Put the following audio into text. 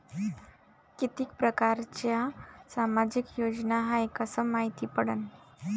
कितीक परकारच्या सामाजिक योजना हाय कस मायती पडन?